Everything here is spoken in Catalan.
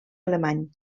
alemany